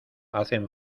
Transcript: hacen